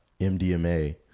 MDMA